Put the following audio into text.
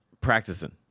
practicing